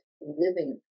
living